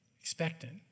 expectant